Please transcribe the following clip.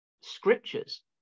scriptures